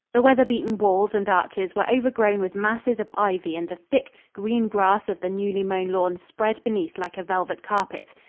the weather-beaten walls and arches were overgrown with masses of ivy and the thick, green grass of the newly mown lawn spread beneath like a velvet carpet.